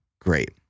great